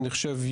אני חושב,